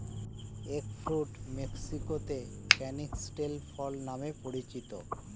egg fruit মেক্সিকোতে canistel ফল নামে পরিচিত